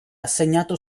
assegnato